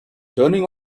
turning